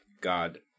God